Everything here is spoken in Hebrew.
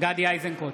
גדי איזנקוט,